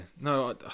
no